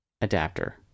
adapter